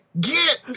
get